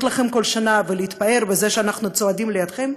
לכם כל שנה ולהתפאר בזה שאנחנו צועדים לידכם,